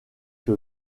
que